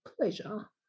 pleasure